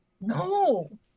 no